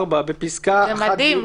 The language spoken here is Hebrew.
זה מדהים.